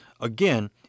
Again